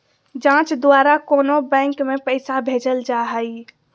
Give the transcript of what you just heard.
जाँच द्वारा कोनो बैंक में पैसा भेजल जा हइ